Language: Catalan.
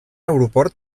aeroport